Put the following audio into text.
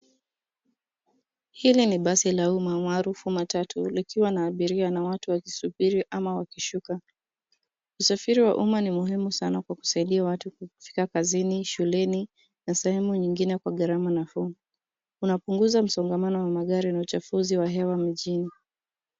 Hili ni basi la umma maarufu matatu likiwa na abiria na watu wakisubiri ama wakishuka. Usafiri wa umma ni muhimu sana kwa kusaidia watu kufika kazini, shuleni na sehemu nyingine kwa gharama nafuu. Inapunguza msongamano wa magari na uchafuzi wa hewa mjini.